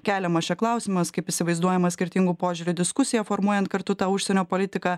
keliamas čia klausimas kaip įsivaizduojamas skirtingų požiūrių diskusija formuojant kartu tą užsienio politiką